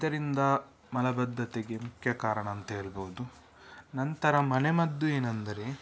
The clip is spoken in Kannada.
ಇದರಿಂದ ಮಲಬದ್ಧತೆಗೆ ಮುಖ್ಯ ಕಾರಣ ಅಂತ ಹೇಳಬಹುದು ನಂತರ ಮನೆಮದ್ದು ಏನೆಂದರೆ